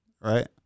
Right